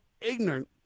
ignorant